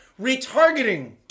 retargeting